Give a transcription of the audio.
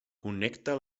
connecta